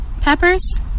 peppers